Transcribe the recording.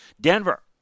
Denver